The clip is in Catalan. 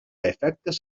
efectes